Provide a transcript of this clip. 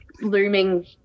looming